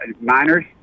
minors